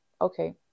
okay